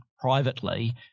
privately